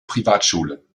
privatschule